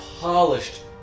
polished